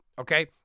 okay